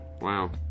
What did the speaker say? Wow